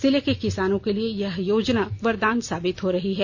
जिले के किसानों के लिए यह योजना वरदान साबित हो रही है